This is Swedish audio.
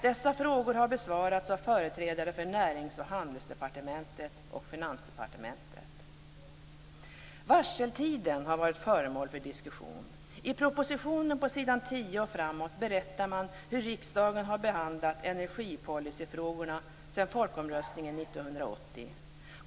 Dessa frågor har besvarats av företrädare för Närings och handelsdepartementet och Finansdepartementet. Varseltiden har varit föremål för diskussion. I propositionen på s. 10 och framåt berättar man hur riksdagen har behandlat energipolicyfrågorna sedan folkomröstningen 1980.